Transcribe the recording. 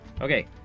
Okay